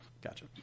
Gotcha